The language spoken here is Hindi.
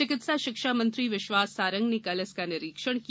चिकित्सा शिक्षा मंत्री विश्वास सारंग ने कल इसका निरीक्षण किया